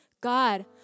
god